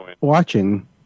watching